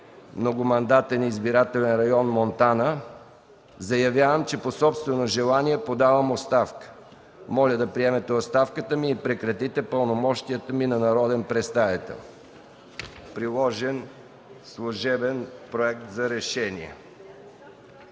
многомандатен избирателен район – Монтана, заявявам, че по собствено желание подавам оставка. Моля да приемете оставката ми и прекратите пълномощията ми на народен представител.” Приложен е служебен проект за решение.